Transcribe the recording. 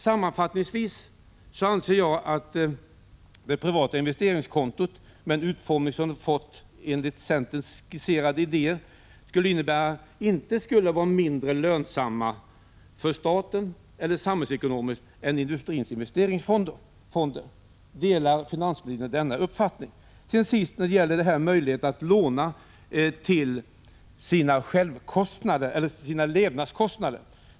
Sammanfattningsvis anser jag att det privata investeringskontot, med den utformning som det har fått enligt centerns skisserade idéer, inte skulle vara mindre lönsamt för staten eller samhällsekonomin än industrins investeringsfonder. Delar finansministern denna min uppfattning? Till sist vill jag säga några ord om risken att människor lånar till sina levnadskostnader.